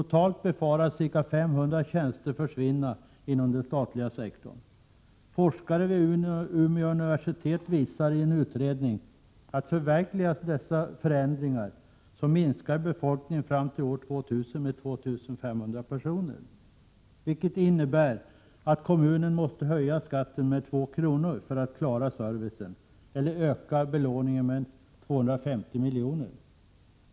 Totalt befaras ca 500 tjänster försvinna inom den 3 maj 1988 befolkningen, om dessa förändringar förverkligas, fram till år 2000 kommer js Vä -,, Zz vecklingen i Västeratt minska med 2 500 personer, vilket innebär att kommunen för att klara Horslandsiän servicen måste höja skatten med 2 kr. eller öka belåningen med 250 miljoner.